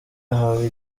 ahawe